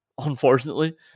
unfortunately